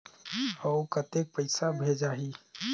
अउ कतेक पइसा भेजाही?